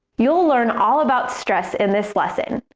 you'll learn all about stress in this lesson,